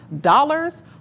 dollars